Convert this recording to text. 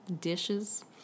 Dishes